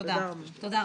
תודה רבה.